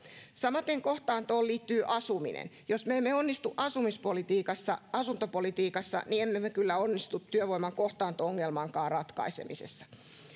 samaten kohtaantoon liittyy asuminen jos me emme onnistu asumispolitiikassa asuntopolitiikassa niin emme me kyllä onnistu työvoiman kohtaanto ongelmankaan ratkaisemisessa